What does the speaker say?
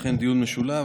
אכן דיון משולב,